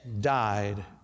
died